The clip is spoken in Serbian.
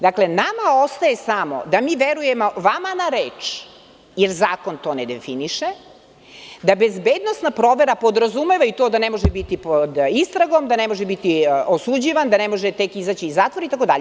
Dakle, nama ostaje samo da mi verujemo vama na reč, jer zakon to ne definiše, da bezbednosna provera podrazumeva i to da ne može biti pod istragom, da ne može biti osuđivan, da ne može tek izaći iz zatvora itd.